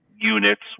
units